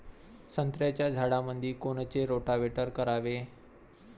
संत्र्याच्या झाडामंदी कोनचे रोटावेटर करावे?